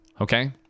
Okay